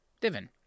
divin